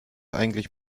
eigentlich